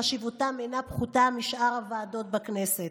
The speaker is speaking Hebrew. חשיבותן אינה פחותה משאר הוועדות בכנסת,